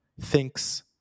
thinks